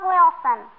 Wilson